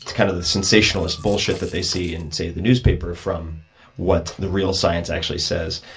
kind of the sensationalist bullshit that they see in, say, the newspaper from what the real science actually says.